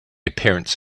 appearance